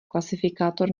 klasifikátor